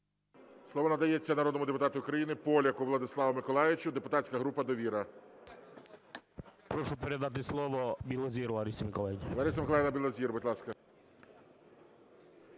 Слово надається народному депутату України Поляку Владіславу Миколайовичу, депутатська група "Довіра". 13:27:33 ПОЛЯК В.М. Прошу передати слово Білозір Ларисі Миколаївні.